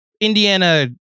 Indiana